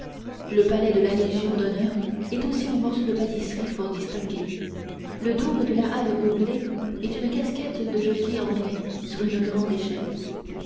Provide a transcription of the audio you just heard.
le palais de la légion d'honneur est aussi un morceau de pâtisserie fort distingué le dôme de la halle au blé est une casquette de jockey anglais sur une grande échelle